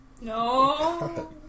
No